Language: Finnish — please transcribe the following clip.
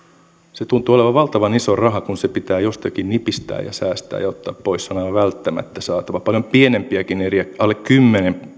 se tuntuu olevan valtavan iso raha kun se pitää jostakin nipistää ja säästää ja ottaa pois kun se on aivan välttämättä saatava paljon pienempiäkin eriä alle